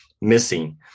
missing